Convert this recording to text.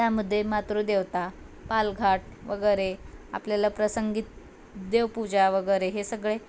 त्यामध्ये मातृदेवता पालघाट वगैरे आपल्याला प्रसंगीत देवपूजा वगैरे हे सगळे